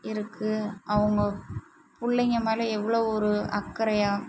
இருக்கு அவங்க பிள்ளைங்க மேல் எவ்வளோ ஒரு அக்கறையாக